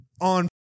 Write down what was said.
on